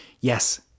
yes